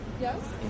Yes